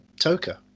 Toker